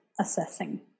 assessing